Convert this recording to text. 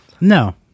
No